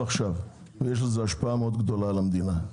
עכשיו ויש לזה השפעה מאוד גדולה על המדינה.